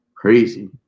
crazy